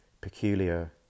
peculiar